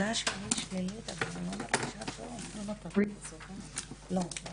הישיבה ננעלה בשעה 12:30.